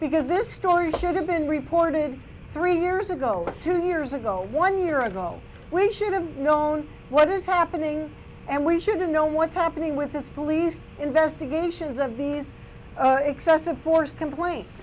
because this story should have been reported three years ago two years ago one year ago we should have known what was happening and we should know what's happening with this police investigations of these excessive force complaints